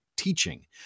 Teaching